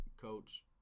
Coach